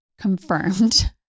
confirmed